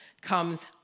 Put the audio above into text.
comes